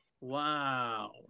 Wow